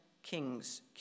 King's